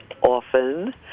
often